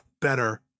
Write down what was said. better